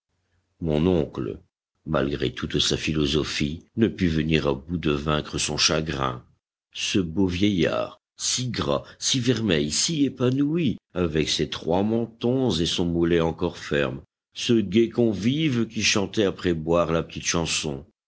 mon oncle malgré toute sa philosophie ne put venir à bout de vaincre son chagrin ce beau vieillard si gras si vermeil si épanoui avec ses trois mentons et son mollet encore ferme ce gai convive qui chantait après boire la petite chanson